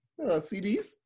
CDs